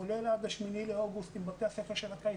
כולל עד ה-8 באוגוסט עם בתי הספר של הקיץ,